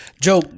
Joe